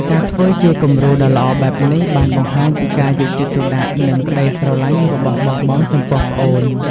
ការធ្វើជាគំរូដ៏ល្អបែបនេះបានបង្ហាញពីការយកចិត្តទុកដាក់ និងក្ដីស្រឡាញ់របស់បងៗចំពោះប្អូន ។